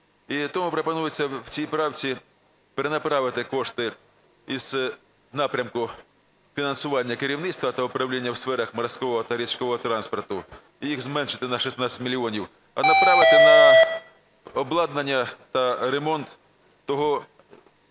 тому пропонується в цій правці перенаправити кошти з напрямку фінансування керівництва та управління у сферах морського та річкового транспорту і їх зменшити на 16 мільйонів, а направити на обладнання та ремонт того